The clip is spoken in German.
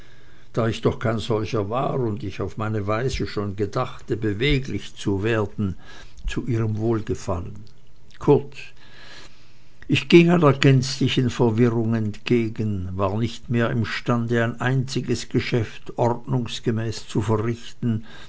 da ich doch kein solcher war und ich auf meine weise schon gedachte beweglich zu werden zu ihrem wohlgefallen kurz ich ging einer gänzlichen verwirrung entgegen war nicht mehr imstande ein einziges geschäft ordnungsgemäß zu verrichten